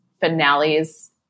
finales